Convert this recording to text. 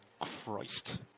Christ